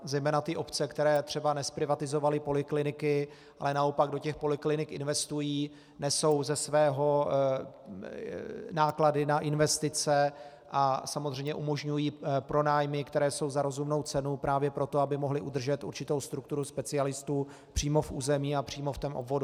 Zejména ty obce, které třeba nezprivatizovaly polikliniky, ale naopak do těch poliklinik investují, nesou ze svého náklady na investice a samozřejmě umožňují pronájmy, které jsou za rozumnou cenu právě proto, aby mohly udržet určitou strukturu specialistů přímo v území a přímo v tom obvodu.